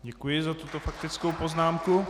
Děkuji za tuto faktickou poznámku.